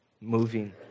moving